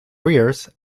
arrears